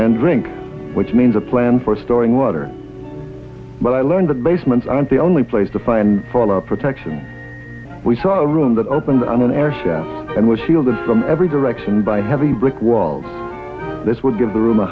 and drink which means a plan for storing water but i learned that basements aren't the only place to find fallout protection we saw a room that opened an air shaft and was shielded from every direction by heavy brick walls this would give the room a